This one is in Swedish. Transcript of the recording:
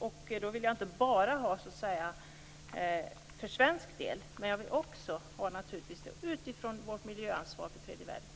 Jag vill då ha ett svar inte bara för svensk del, utan utifrån vårt miljöansvar för tredje världen.